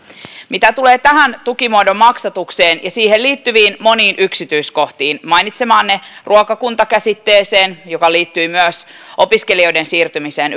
mitä tulee tähän tukimuodon maksatukseen ja siihen liittyviin moniin yksityiskohtiin mainitsemaanne ruokakunta käsitteeseen joka liittyy myös opiskelijoiden siirtymiseen